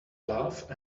love